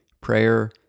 prayer